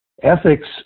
Ethics